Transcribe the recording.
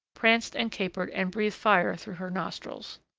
pranced and capered and breathed fire through her nostrils.